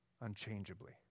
unchangeably